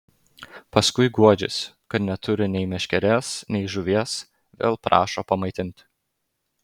paskui guodžiasi kad neturi nei meškerės nei žuvies vėl prašo pamaitinti